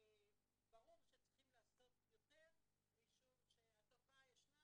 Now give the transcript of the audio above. ברור שצריכים לעשות יותר משום שהתופעה ישנה